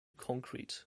concrete